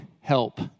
help